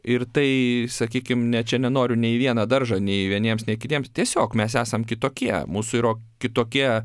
ir tai sakykim ne čia nenoriu nei į vieną daržą nei vieniems nei kitiems tiesiog mes esam kitokie mūsų yro kitokie